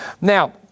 now